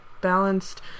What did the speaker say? balanced